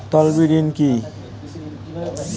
তলবি ঋন কি?